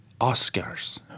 Oscars